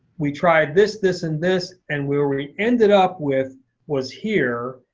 we tried this, this, and this and where we ended up with was here.